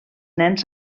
nens